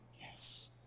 Yes